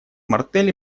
мартелли